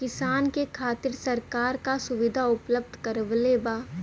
किसान के खातिर सरकार का सुविधा उपलब्ध करवले बा?